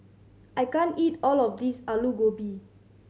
I can't eat all of this Alu Gobi